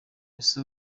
ese